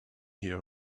here